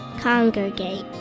congregate